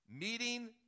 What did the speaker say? Meeting